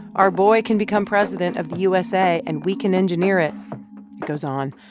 our boy can become president of the usa, and we can engineer it. he goes on,